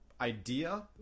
idea